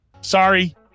Sorry